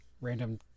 random